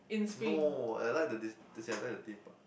no I like the dis~ as in I like the Theme Park